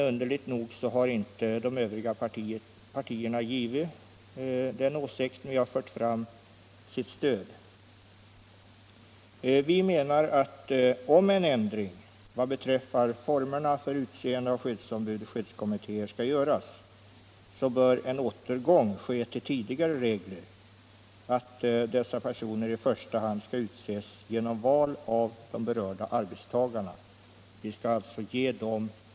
Underligt nog har inte de övriga partierna givit sitt stöd åt den åsikt vi fört fram. Vi menar att om ändring i formerna för utseende av skyddsombud och skyddskommittéer skall göras, bör en återgång ske till tidigare regler. Vi vill alltså ge arbetstagarna, de som är direkt berörda av frågan.